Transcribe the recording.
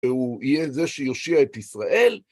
הוא יהיה זה שיושיע את ישראל.